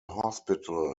hospital